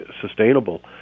sustainable